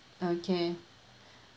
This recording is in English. okay